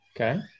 okay